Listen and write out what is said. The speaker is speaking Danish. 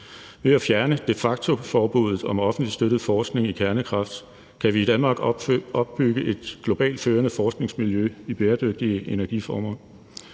Ved at fjerne de facto-forbuddet om offentligt støttet forskning i kernekraft kan vi i Danmark opbygge et globalt førende forskningsmiljø i bæredygtige energiformer.